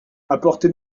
apportez